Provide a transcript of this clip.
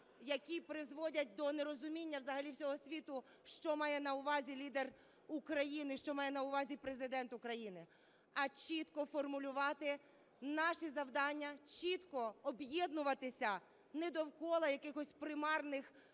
які призводять до нерозуміння взагалі всього світу, що має на увазі лідер України, що має на увазі Президент України, а чітко формулювати наші завдання, чітко об'єднуватися не довкола якихось примарних